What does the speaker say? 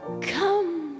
Come